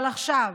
אבל עכשיו